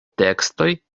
tekstoj